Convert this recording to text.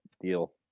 deal